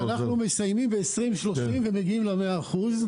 -- ואנחנו מסיימים ב-2030 ומגיעים למאה אחוז.